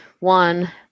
One